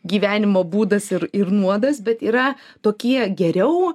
gyvenimo būdas ir ir nuodas bet yra tokie geriau